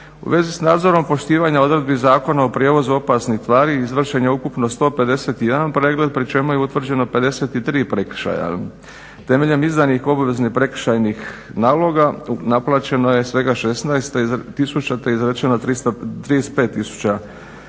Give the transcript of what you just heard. U vezi s nadzorom poštivanja odredbi Zakona o prijevozu opasnih tvari izvršen je ukupno 151 pregled pri čemu je utvrđeno 53 prekršaja. Temeljem izdanih obaveznih prekršajnih naloga naplaćeno je svega 16 tisuća te je